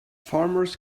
farmers